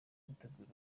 gutegura